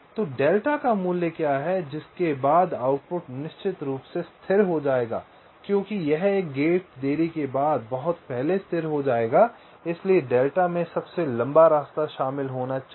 तो डेल्टा का मूल्य क्या है जिसके बाद आउटपुट निश्चित रूप से स्थिर हो जाएगा क्योंकि यह एक गेट देरी के बाद बहुत पहले स्थिर हो जाएगा इसलिए डेल्टा में सबसे लंबा रास्ता शामिल होना चाहिए